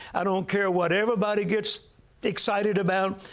i don't care what everybody gets excited about.